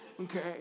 Okay